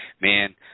man